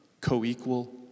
Co-equal